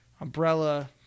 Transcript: umbrella